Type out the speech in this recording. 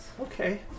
Okay